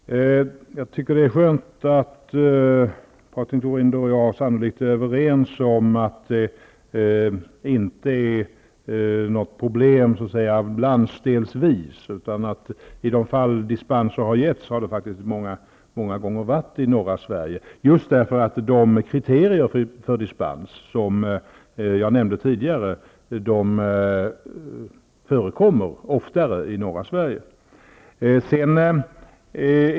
Herr talman! Jag tycker att det är skönt att Patrik Norinder och jag är överens om att det inte är något problem landsdelsvis. I de fall dispenser har getts, har det många gånger varit i norra Sverige. Det kriterier för dispens som jag nämnde tidigare förekommer oftare i norra Sverige.